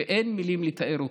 ואין מילים לתאר אותו,